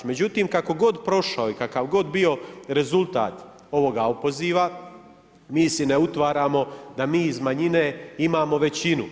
Međutim, kako god prošao i kakav god bio rezultat ovoga opoziva, mi se ne utvaramo da mi iz manjine imamo većinu.